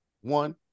one